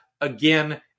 again